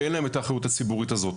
שאין להם את האחריות הציבורית הזו.